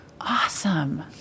awesome